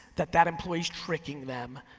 that that employee's tricking them,